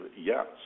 yes